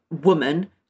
woman